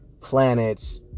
planets